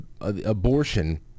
abortion